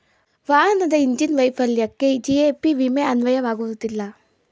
ವಾಹನದ ಇಂಜಿನ್ ವೈಫಲ್ಯಕ್ಕೆ ಜಿ.ಎ.ಪಿ ವಿಮೆ ಅನ್ವಯವಾಗುವುದಿಲ್ಲ